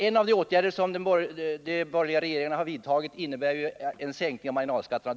En av de åtgärder som de borgerliga regeringarna vidtagit är ju att sänka marginalskatterna.